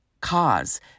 cause